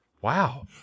Wow